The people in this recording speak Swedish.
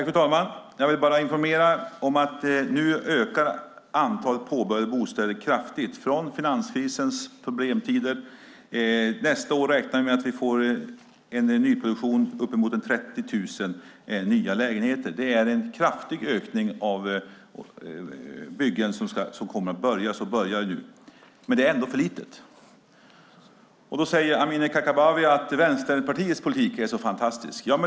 Fru talman! Nu ökar antalet påbörjade bostäder kraftigt efter finanskrisens problemtider. Nästa år räknar vi med en nyproduktion på uppemot 30 000 lägenheter. Det är en kraftig ökning av byggandet som påbörjas nu. Men det är ändå för lite. Amineh Kakabaveh säger att Vänsterpartiets politik är så fantastisk.